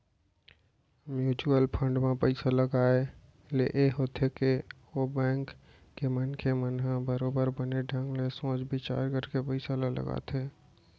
mutual fund म पइसा लगाए ले ये होथे के ओ बेंक के मनखे मन ह बरोबर बने ढंग ले सोच बिचार करके पइसा ल लगाथे